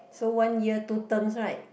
so one year two terms right